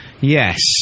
Yes